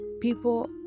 People